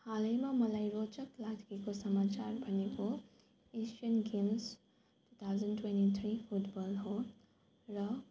हालैमा मलाई रोचक लागेको समचार भनेको हो Asian games two thousand twenty three football हो र